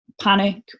panic